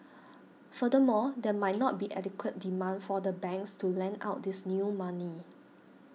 furthermore there might not be adequate demand for the banks to lend out this new money